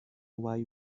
why